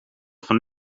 van